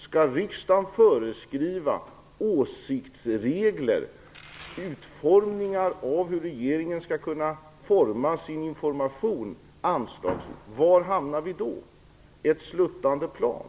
Skall riksdagen föreskriva åsiktsregler, utformningar av hur regeringen skall kunna forma sin information? Var hamnar vi då? Ett sluttande plan.